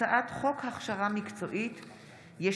הצעת חוק הגנת הצרכן (תיקון,